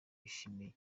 yashimiye